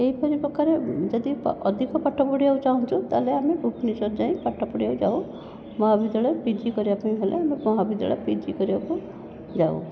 ଏହିପରି ପ୍ରକାର ଯଦି ଅଧିକ ପାଠ ପଢ଼ିବାକୁ ଚାହୁଁଛୁ ତାହେଲେ ଆମେ ଭୁବନେଶ୍ୱର ଯାଇ ପାଠପଢ଼ିବାକୁ ଯାଉ ମହାବିଦ୍ୟାଳୟ ପିଜି କରିବାପାଇଁ ହେଲେ ଆମେ ମହାବିଦ୍ୟାଳୟ ପିଜି କରିବାକୁ ଯାଉ